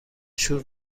شور